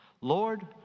Lord